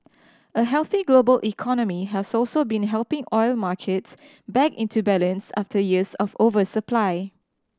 a healthy global economy has also been helping oil markets back into balance after years of oversupply